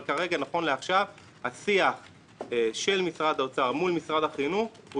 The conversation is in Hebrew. אבל כרגע השיח של משרד האוצר מול משרד החינוך הוא